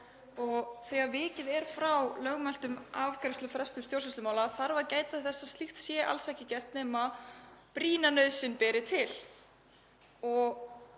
og þegar vikið sé frá lögmæltum afgreiðslufrestum stjórnsýslumála þurfi að gæta þess að slíkt sé alls ekki gert nema brýna nauðsyn beri til.